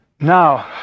Now